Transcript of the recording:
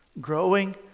growing